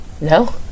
No